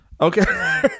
Okay